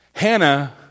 Hannah